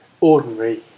ordinary